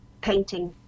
painting